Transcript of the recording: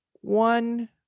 one